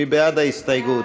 מי בעד ההסתייגות?